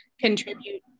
contribute